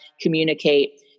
communicate